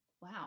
Wow